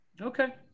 Okay